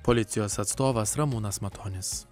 policijos atstovas ramūnas matonis